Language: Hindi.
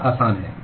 यह आसान है